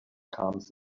comes